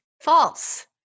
False